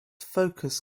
focus